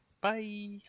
Bye